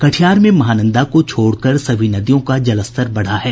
कटिहार में महानंदा को छोड़कर सभी नदियों का जलस्तर बढ़ा है